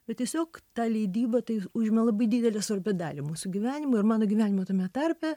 bet tiesiog ta leidyba tai užima labai didelę svarbią dalį mūsų gyvenimo ir mano gyvenimo tame tarpe